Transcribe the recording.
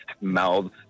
mouths